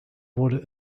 wurde